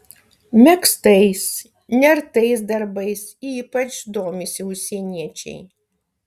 megztais nertais darbais ypač domisi užsieniečiai